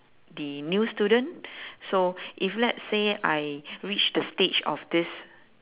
the new student so if let's say I reach the stage of this